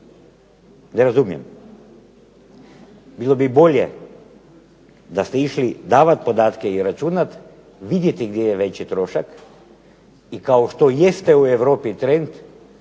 Ne razumijem. Bilo bi bolje da ste išli davati podatke i računati, vidjeti gdje je veći trošak i kao što jeste u Europi trend